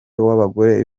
w’abagore